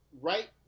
right